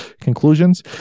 conclusions